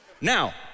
Now